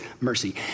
mercy